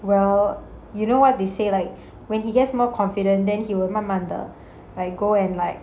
well you know what they say like when he gets more confident then he will 慢慢的 like go and like